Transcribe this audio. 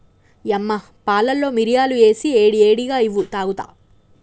యమ్మ పాలలో మిరియాలు ఏసి ఏడి ఏడిగా ఇవ్వు తాగుత